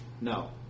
No